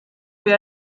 wie